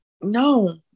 no